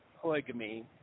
polygamy